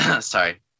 sorry